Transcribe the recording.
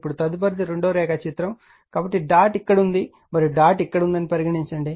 ఇప్పుడు తదుపరిది రెండవ రేఖాచిత్రం కాబట్టి డాట్ ఇక్కడ ఉంది మరియు డాట్ ఇక్కడ ఉంది అని పరిగణించండి